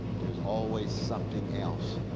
there's always something else.